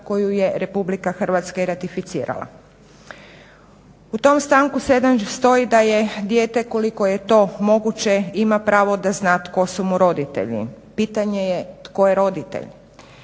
koju je Republika Hrvatska i ratificirala. U tom stavku 7. stoji da je dijete koliko je to moguće ima pravo da zna tko su mu roditelji. Pitanje je tko je roditelj?